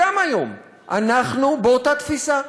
גם היום אנחנו באותה תפיסה: